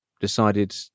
decided